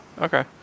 okay